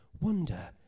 wonder